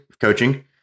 coaching